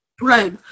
right